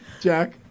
Jack